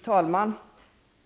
Fru talman!